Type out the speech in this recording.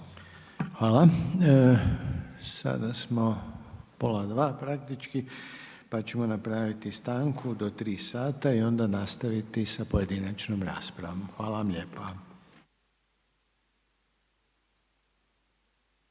Hvala. Sada smo, pola 2 praktički, pa ćemo napraviti stanku do 3 sata i onda nastaviti sa pojedinačnom raspravom Hvala vam lijepa.